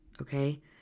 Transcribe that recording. Okay